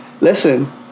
Listen